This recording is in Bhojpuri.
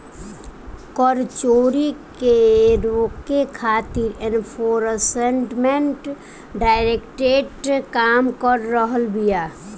कर चोरी के रोके खातिर एनफोर्समेंट डायरेक्टरेट काम कर रहल बिया